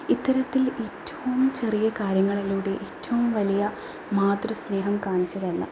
ഇത്തരത്തിൽ ഏറ്റവും ചെറിയ കാര്യങ്ങളിലൂടി ഏറ്റവും വലിയ മാതൃസ്നേഹം കാണിച്ച് തന്ന